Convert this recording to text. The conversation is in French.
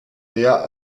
dea